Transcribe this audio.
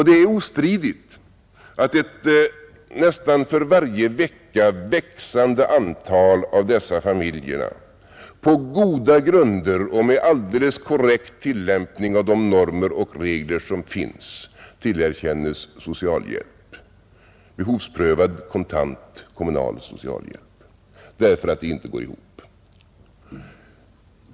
Det är ostridigt att ett nästan för varje vecka växande antal av dessa familjer på goda grunder och med alldeles korrekt tillämpning av de normer och regler som finns tillerkänns behovsprövad, kontant kommunal socialhjälp därför att det inte går ihop.